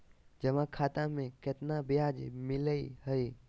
जमा खाता में केतना ब्याज मिलई हई?